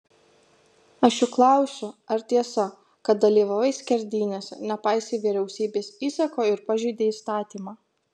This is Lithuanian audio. aš juk klausiu ar tiesa kad dalyvavai skerdynėse nepaisei vyriausybės įsako ir pažeidei įstatymą